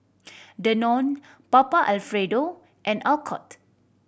Danone Papa Alfredo and Alcott